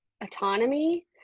autonomy